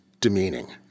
demeaning